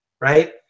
right